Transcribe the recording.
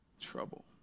trouble